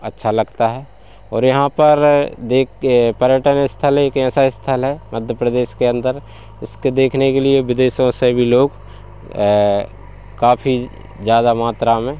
अच्छा लगता है और यहाँ पर देख पर्यटन स्थल एक ऐसा स्थल है मध्य प्रदेश के अंदर इसको देखने के लिए विदेशों से भी लोग काफ़ी ज़्यादा मात्रा में